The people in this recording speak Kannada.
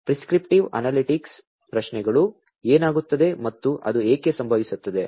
ಪ್ರಿಸ್ಕ್ರಿಪ್ಟಿವ್ ಅನಾಲಿಟಿಕ್ಸ್ ಪ್ರಶ್ನೆಗಳು ಏನಾಗುತ್ತದೆ ಮತ್ತು ಅದು ಏಕೆ ಸಂಭವಿಸುತ್ತದೆ